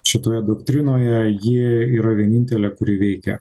šitoje doktrinoje ji yra vienintelė kuri veikia